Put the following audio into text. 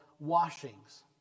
washings